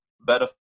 better